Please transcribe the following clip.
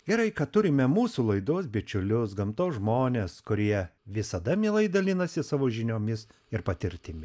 gerai kad turime mūsų laidos bičiulius gamtos žmones kurie visada mielai dalinasi savo žiniomis ir patirtimi